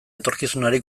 etorkizunari